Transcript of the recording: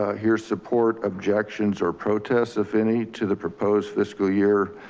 ah here's support objections or protests, if any, to the proposed fiscal year.